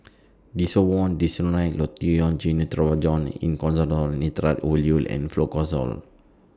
Desowen Desonide Lotion Gyno Travogen Isoconazole Nitrate Ovule and Fluconazole